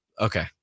Okay